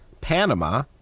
Panama